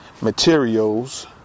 materials